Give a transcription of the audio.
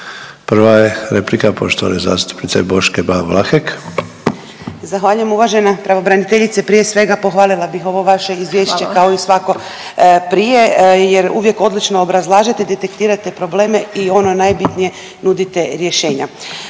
Prva je replika poštovane zastupnice Boške Ban Vlahek. **Ban, Boška (SDP)** Zahvaljujem uvažena pravobraniteljice. Prije svega, pohvalila bih ovo vaše Izvješće kao i svako prije jer uvijek odlično obrazlažete, detektirate probleme i ono najbitnije, nudite rješenja.